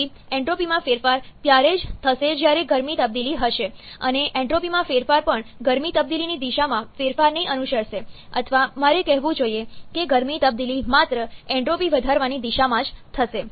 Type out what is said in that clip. પછી એન્ટ્રોપીમાં ફેરફાર ત્યારે જ થશે જ્યારે ગરમી તબદીલી હશે અને એન્ટ્રોપીમાં ફેરફાર પણ ગરમી તબદીલીની દિશામાં ફેરફારને અનુસરશે અથવા મારે કહેવું જોઈએ કે ગરમી તબદીલી માત્ર એન્ટ્રોપી વધારવાની દિશામાં જ થશે